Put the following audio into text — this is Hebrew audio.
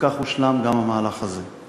וכך הושלם גם המהלך הזה.